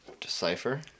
Decipher